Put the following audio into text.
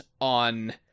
on